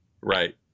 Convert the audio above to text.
Right